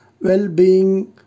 well-being